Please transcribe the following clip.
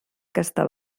aquesta